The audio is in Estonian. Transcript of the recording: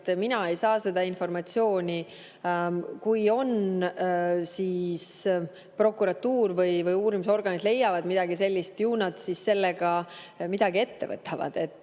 Mina ei saa seda informatsiooni. Kui prokuratuur või uurimisorganid leiavad midagi sellist, ju nad siis sellega midagi ette võtavad.